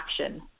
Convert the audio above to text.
action